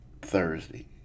Thursday